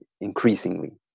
increasingly